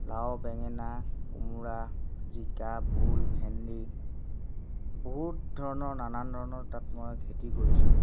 লাও বেঙেনা কোমোৰা জিকা ভোল ভেন্দি বহুত ধৰণৰ নানান ধৰণৰ তাতে মই খেতি কৰিছোঁ